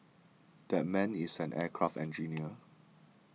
that man is an aircraft engineer